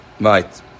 right